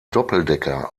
doppeldecker